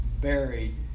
buried